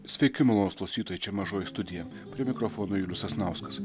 sveiki malonūs klausytojai čia mažoji studija prie mikrofono julius sasnauskas